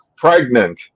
pregnant